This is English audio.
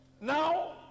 now